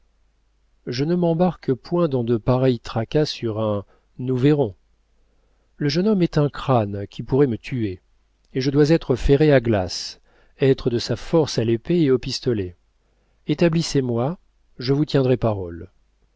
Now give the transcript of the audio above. je ne m'embarque point dans de pareils tracas sur un nous verrons le jeune homme est un crâne qui pourrait me tuer et je dois être ferré à glace être de sa force à l'épée et au pistolet établissez moi je vous tiendrai parole